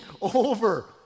over